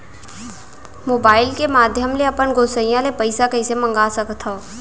Mobile के माधयम ले अपन गोसैय्या ले पइसा कइसे मंगा सकथव?